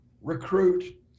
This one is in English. recruit